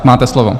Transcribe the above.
Máte slovo.